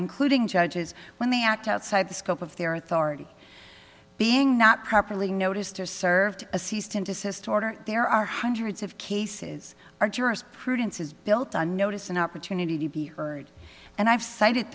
including judges when they act outside the scope of their authority being not properly noticed or served assistant desist order there are hundreds of cases our jurisprudence is built on notice an opportunity to be heard and i've cited